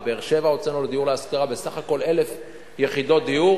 בבאר-שבע הוצאנו יחידות דיור